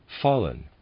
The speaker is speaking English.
fallen